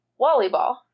volleyball